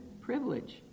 privilege